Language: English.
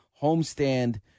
homestand